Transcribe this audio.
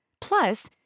Plus